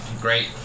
Great